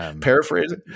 Paraphrasing